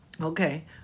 Okay